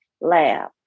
Lab